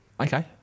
Okay